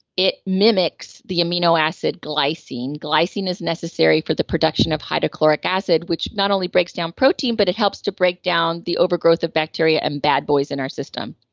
it mimics the amino acid glycine. glycine is necessary for the production of hydrochloric acid which not only breaks down protein, but it helps to break down the overgrowth of bacteria and bad boys in our system.